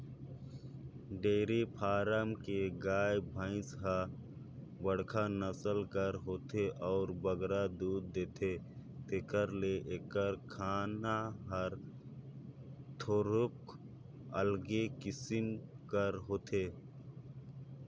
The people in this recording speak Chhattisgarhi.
डेयरी फारम के गाय, भंइस ह बड़खा नसल कर होथे अउ बगरा दूद देथे तेकर ले एकर खाना हर थोरोक अलगे किसिम कर होथे